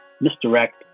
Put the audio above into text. misdirect